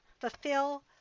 fulfill